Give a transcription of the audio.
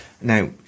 Now